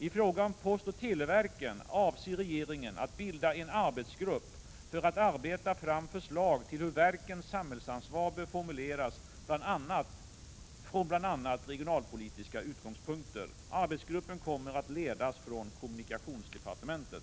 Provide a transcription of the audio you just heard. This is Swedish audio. I fråga om postoch televerken avser regeringen att bilda en arbetsgrupp för att arbeta fram förslag till hur verkens samhällsansvar bör formuleras från bl.a. regionalpolitiska utgångspunkter. Arbetsgruppen kommer att ledas från kommunikationsdepartementet.